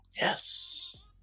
Yes